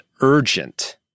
urgent